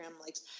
likes